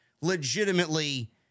Legitimately